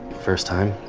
first time?